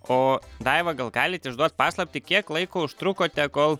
o daiva gal galit išduot paslaptį kiek laiko užtrukote kol